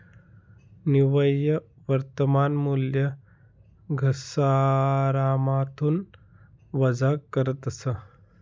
निव्वय वर्तमान मूल्य घसारामाथून वजा करतस